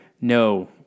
No